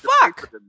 fuck